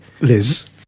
Liz